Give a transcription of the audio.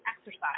exercise